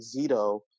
Zito